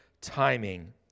timing